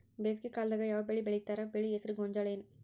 ಬೇಸಿಗೆ ಕಾಲದಾಗ ಯಾವ್ ಬೆಳಿ ಬೆಳಿತಾರ, ಬೆಳಿ ಹೆಸರು ಗೋಂಜಾಳ ಏನ್?